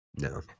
No